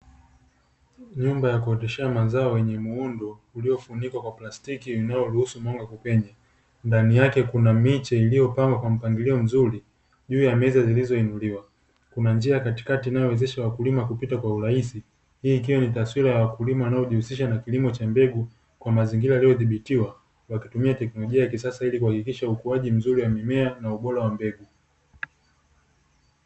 Nyumba ya kuendeshea mazao yenye muundo uliofunikwa kwa plastiki linaloruhusu mwanga kupenya, ndani yake kuna miche iliyopangwa kwa mpangilio mzuri juu ya meza zilizoinuliwa kuna njia katikati inayowezesha wakulima kupita kwa urahisi; hii ikiwa ni taswira ya wakulima wanaojihusisha na kilimo cha mbegu kwa mazingira aliyodhibitiwa wakitumia teknolojia ya kisasa, ili kuhakikisha ukuaji mzuri wa mimea na ubora wa mbegu.